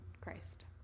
Christ